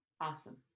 Awesome